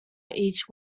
each